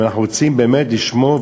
אם אנחנו רוצים באמת לשמור,